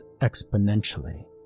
exponentially